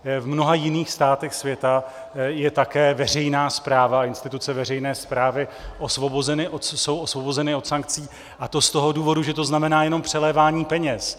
V mnoha jiných státech světa je také veřejná správa a instituce veřejné správy jsou osvobozeny od sankcí, a to z toho důvodu, že to znamená jenom přelévání peněz.